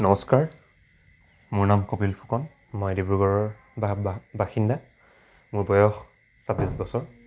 নমস্কাৰ মোৰ নাম কপিল ফুকন মই ডিব্ৰুগড়ৰ বাসিন্দা মোৰ বয়স ছাব্বিছ বছৰ